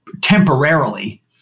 temporarily